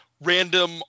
random